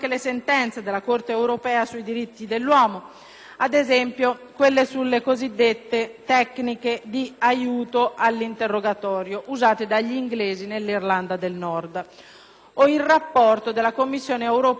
(ad esempio quelle sulle cosiddetti tecniche di aiuto all'interrogatorio, usate dagli inglesi nell'Irlanda del Nord) o il rapporto della Commissione europea sui diritti dell'uomo nella Grecia dei colonnelli.